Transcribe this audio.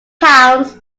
towns